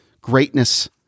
greatness